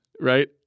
right